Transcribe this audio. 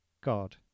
God